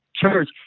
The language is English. Church